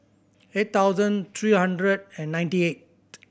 eight thousand three hundred and ninety eight